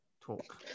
talk